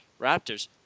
Raptors